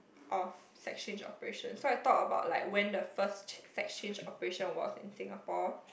of sex change operations so I talk about like when the first sex change operation was in Singapore